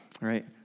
right